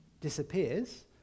disappears